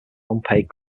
unpaid